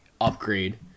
upgrade